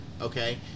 Okay